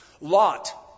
Lot